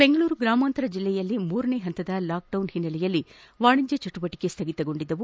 ಬೆಂಗಳೂರು ಗ್ರಾಮಾಂತರ ಜೆಲ್ಲೆಯಲ್ಲಿ ಮೂರನೆ ಪಂತದ ಲಾಕ್ಡೌನ್ ಹಿನ್ನೆಲೆಯಲ್ಲಿ ವಾಣಿಜ್ಯ ಚಟುವಟಿಕೆಗಳು ಸ್ಟಗಿತಗೊಂಡಿದ್ದವು